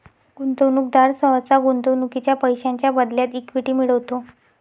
गुंतवणूकदार सहसा गुंतवणुकीच्या पैशांच्या बदल्यात इक्विटी मिळवतो